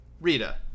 Rita